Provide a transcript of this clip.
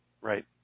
Right